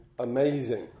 amazing